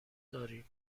داریم